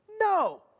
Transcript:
no